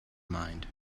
mind